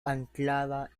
anclada